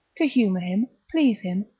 to humour him, please him,